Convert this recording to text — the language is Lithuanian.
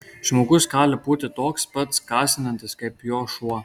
žmogus gali būti toks pats gąsdinantis kaip juo šuo